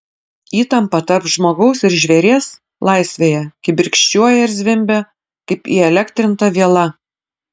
įtampa tarp žmogaus ir žvėries laisvėje kibirkščiuoja ir zvimbia kaip įelektrinta viela